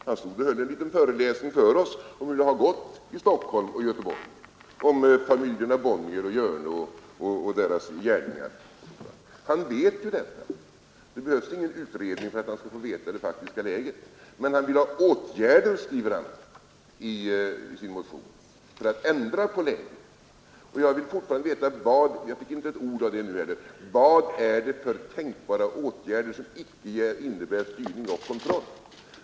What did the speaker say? Han stod och höll en liten föreläsning för oss om hur det har gått i Stockholm och Göteborg, om familjerna Bonnier och Hjörne och deras gärningar. Han vet ju detta! Det behövs ingen utredning för att han skall få veta det faktiska läget. Men han vill ha åtgärder, skriver han i sin motion, för att ändra på det. Jag vill fortfarande ha reda på — jag fick inte ett ord om det nu heller — vad det är för tänkbara åtgärder som icke innebär styrning och kontroll.